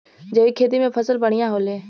जैविक खेती से फसल बढ़िया होले